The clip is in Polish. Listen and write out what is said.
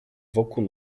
wokół